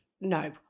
no